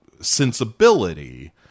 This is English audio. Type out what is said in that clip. Sensibility